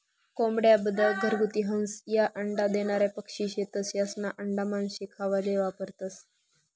कोंबड्या, बदक, घरगुती हंस, ह्या अंडा देनारा पक्शी शेतस, यास्ना आंडा मानशे खावाले वापरतंस